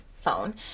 phone